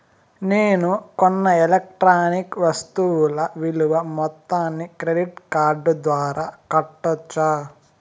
నేను కొన్న ఎలక్ట్రానిక్ వస్తువుల విలువ మొత్తాన్ని క్రెడిట్ కార్డు ద్వారా కట్టొచ్చా?